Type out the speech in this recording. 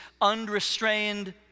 unrestrained